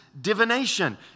divination